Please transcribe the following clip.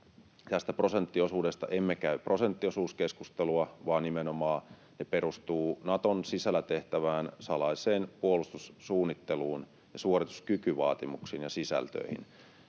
Tästä prosenttiosuudesta emme käy prosenttiosuuskeskustelua, vaan nimenomaan se perustuu Naton sisällä tehtävään salaiseen puolustussuunnitteluun ja suorituskykyvaatimuksiin ja sisältöihin.